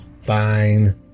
fine